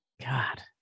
God